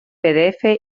pdf